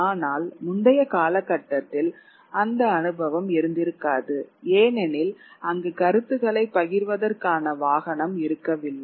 ஆனால் முந்தைய காலகட்டத்தில் அந்த அனுபவம் இருந்திருக்காது ஏனெனில் அங்கு கருத்துக்களை பகிர்வதற்கான வாகனம் இருக்கவில்லை